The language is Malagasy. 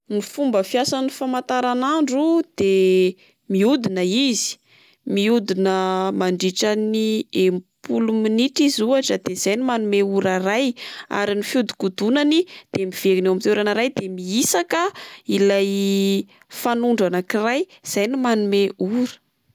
Ny fomba fiasan'ny famataranandro de miodina izy miodina mandritra ny enim-polo minitra izy ohatra de izay no manome hora iray. Ary ny fiodikodonany de miverina eo amin'ny toerana iray de mihisaka ilay fanondro anak'iray izay no manome ora.